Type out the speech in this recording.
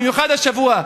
במיוחד השבוע,